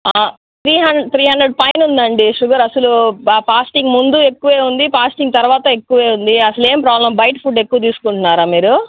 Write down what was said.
three hmm three hundred పైన ఉందండి sugar అస్సలు ఫాస్టింగ్ ముందు ఎక్కువే ఉంది ఫాస్టింగ్ తరువాత ఎక్కువే ఉంది అసలు ఏం ప్రాబ్లెమ్ బయట ఫుడ్ ఎక్కువ తీసుకుంటున్నారా మీరు